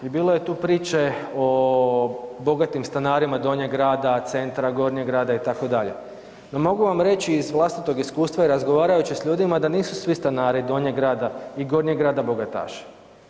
I bilo je tu priče o bogatim stanarima Donjeg grada, centra, Gornjeg grada itd., no mogu vam reći iz vlastitog iskustva i razgovarajući s ljudima da nisu svi stanari Donjeg grada i Gornjeg grada bogataši.